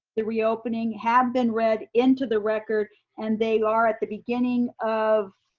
the reopening have been read into the record and they are at the beginning of